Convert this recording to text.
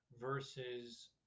versus